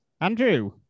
Andrew